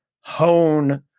hone